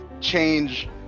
change